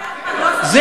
לא סותר, אחמד, לא סותר.